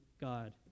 God